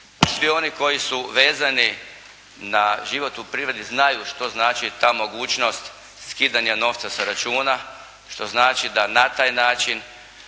Svi oni koji su vezani za život u privredi znaju što znači ta mogućnost skidanja novca sa računa, što znači da na taj način